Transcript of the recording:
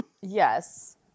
Yes